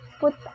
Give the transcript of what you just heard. put